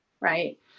right